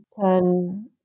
turn